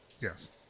Yes